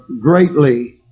greatly